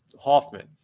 Hoffman